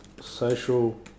social